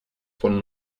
von